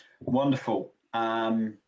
Wonderful